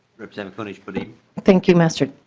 representative kunesh-podein thank you mr.